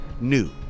New